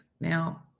Now